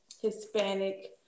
Hispanic